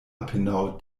apenaŭ